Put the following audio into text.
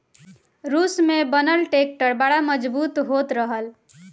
रूस में बनल ट्रैक्टर बड़ा मजबूत होत रहल